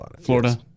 Florida